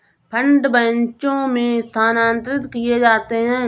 fund बैचों में स्थानांतरित किए जाते हैं